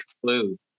flu